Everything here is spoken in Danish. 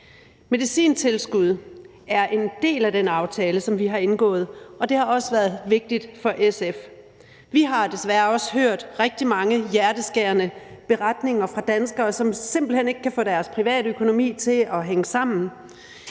Medicintilskud er en del af den aftale, som vi har indgået, og det har også været vigtigt for SF. Vi har desværre også hørt rigtig mange hjerteskærende beretninger fra danskere, som simpelt hen ikke kan få deres privatøkonomi til at hænge sammen.